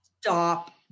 stop